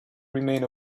remain